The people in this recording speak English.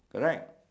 correct ya